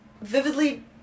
vividly